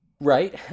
Right